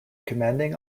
commanding